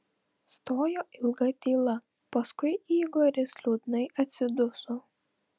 stojo ilga tyla paskui igoris liūdnai atsiduso